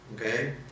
Okay